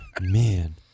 Man